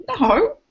No